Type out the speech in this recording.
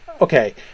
okay